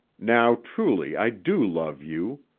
now truly i do love you.